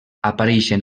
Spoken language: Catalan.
apareixen